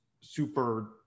super